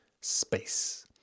space